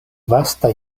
vasta